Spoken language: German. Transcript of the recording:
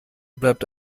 bleibt